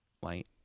white